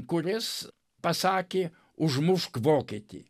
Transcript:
kuris pasakė užmušk vokietį